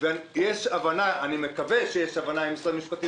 אני מקווה שיש הבנה עם משרד המשפטים